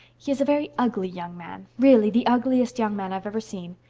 he is a very ugly young man really, the ugliest young man i've ever seen.